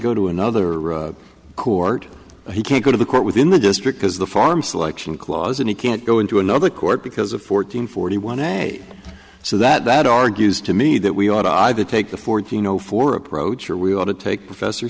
go to another court he can't go to the court within the district has the farm selection clause and he can't go into another court because of fourteen forty one a so that argues to me that we ought to either take the fourteen zero four approach or we ought to take professor